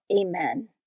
Amen